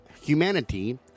humanity